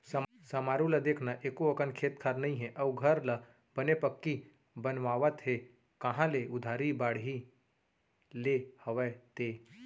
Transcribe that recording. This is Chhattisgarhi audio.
समारू ल देख न एको अकन खेत खार नइ हे अउ घर ल बने पक्की बनवावत हे कांहा ले उधारी बाड़ही ले हवय ते?